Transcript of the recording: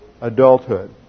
adulthood